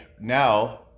now